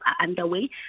underway